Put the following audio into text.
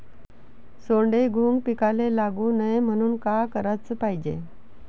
सोंडे, घुंग पिकाले लागू नये म्हनून का कराच पायजे?